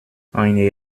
eine